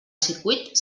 circuit